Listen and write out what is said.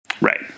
Right